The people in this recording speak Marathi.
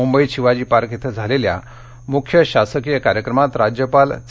मुंबईत शिवाजीपार्क इथं झालेल्या मुख्य शासकीय कार्यक्रमात राज्यपाल चे